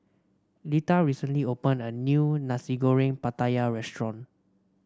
Litha recently opened a new Nasi Goreng Pattaya restaurant